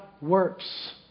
works